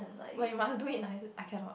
but you must do it nicer I cannot